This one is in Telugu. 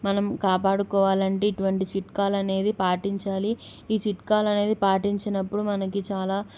మనం కాపాడుకోవాలంటే ఇటువంటి చిట్కాలనేది పాటించాలి ఈ చిట్కాలనేది పాటించినప్పుడు మనకి చాలా